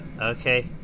Okay